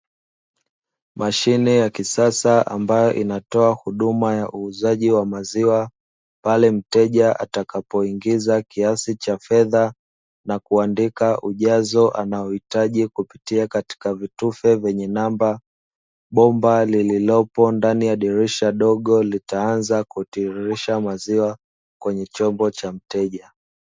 Mashine yakisasa ambayo inatoa huduma ya uuzaji wa maziwa, pale mteja atakapoingiza kiasi cha fedha, na kuandika ujazo anaohitaji, kupitia katika vitufe vyenye namba, bomba lililopo ndani ya dirisha dogo litaanza kutiririsha maziwa kwenye chombo cha mteja.